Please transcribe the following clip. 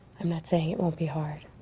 i'm not saying it won't be hard,